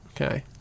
Okay